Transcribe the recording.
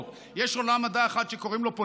ויש עולם אחד שקוראים לו ספורט,